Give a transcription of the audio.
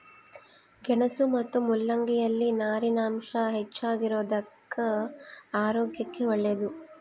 ಗೆಣಸು ಮತ್ತು ಮುಲ್ಲಂಗಿ ಯಲ್ಲಿ ನಾರಿನಾಂಶ ಹೆಚ್ಚಿಗಿರೋದುಕ್ಕ ಆರೋಗ್ಯಕ್ಕೆ ಒಳ್ಳೇದು